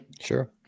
Sure